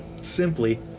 simply